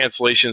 cancellations